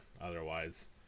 otherwise